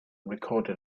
recorded